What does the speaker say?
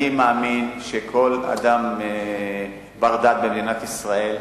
אני מאמין שכל אדם בר-דעת במדינת ישראל,